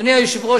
אדוני היושב-ראש,